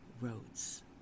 roads